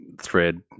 thread